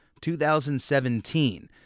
2017